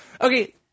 Okay